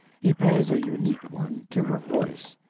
he pays a unique one to her voice.